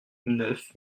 neuf